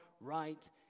right